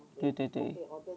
对对对